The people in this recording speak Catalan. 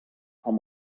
amb